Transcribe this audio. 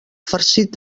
farcit